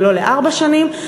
ולא לארבע שנים.